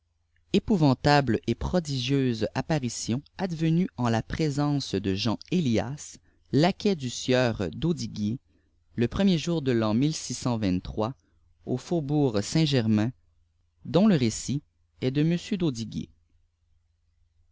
epouvantable et prodigieuse apparition advenue en la présence de jean héliasi laquais du sieur d'audiguier le premier jour de l'an au faubourg saint-germain dont le récit est de